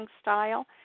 style